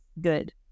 good